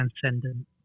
transcendent